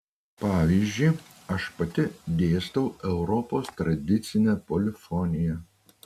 pavyzdžiui aš pati dėstau europos tradicinę polifoniją